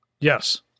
Yes